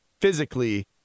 physically